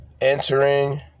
entering